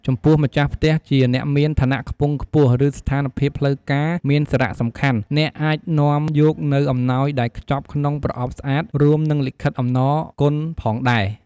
ចំពោះម្ចាស់ផ្ទះជាអ្នកមានឋានៈខ្ពង់ខ្ពស់ ឬស្ថានភាពផ្លូវការមានសារៈសំខាន់ អ្នកអាចនាំយកនូវអំណោយដែលខ្ចប់ក្នុងប្រអប់ស្អាត រួមនិងលិខិតអំណរគុណផងដែរ។